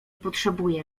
potrzebuję